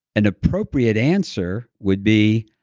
an appropriate answer would be,